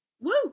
Woo